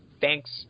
thanks